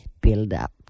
build-up